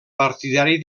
partidari